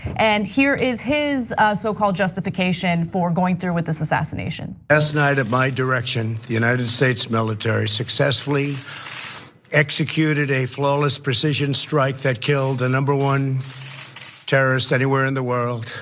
and here is his so called justification for going through with this assassination. as knighted by direction the united states military successfully executed a flawless precision strike that killed the number one terrorist anywhere in the world,